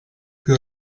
più